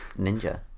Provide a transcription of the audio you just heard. Ninja